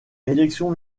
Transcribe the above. élections